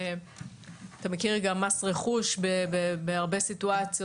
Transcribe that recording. ואתה מכיר גם מס רכוש בהרבה סיטואציות.